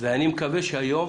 אני מקווה שהיום